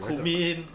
cumin